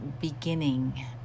beginning